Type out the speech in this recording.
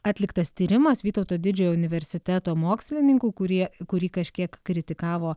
atliktas tyrimas vytauto didžiojo universiteto mokslininkų kurie kurį kažkiek kritikavo